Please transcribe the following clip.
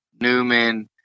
Newman